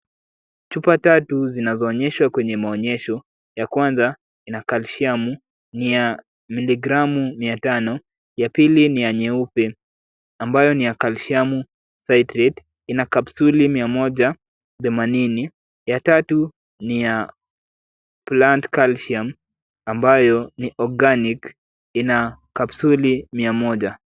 Chupa tatu zinazoonyeshwa kwenye maonyesho, ya kwanza ni ya calcium , ina miligramu mia tano, ya pili ni ya nyeupe ambayo ni ya calcium nitrate , ina kapsuli mia moja themanini. Ya tatu ni ya palnt calcium ambayo ni organic ina kapsuli mia moja.